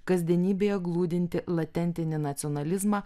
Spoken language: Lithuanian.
kasdienybėje glūdintį latentinį nacionalizmą